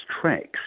tracks